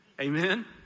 Amen